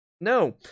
No